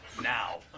Now